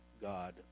God